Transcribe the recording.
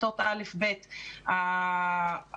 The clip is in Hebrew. כיתות א'-ב' המקוריות,